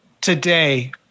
today